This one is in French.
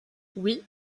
oui